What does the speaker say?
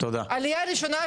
עליה ראשונה,